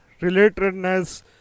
relatedness